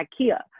IKEA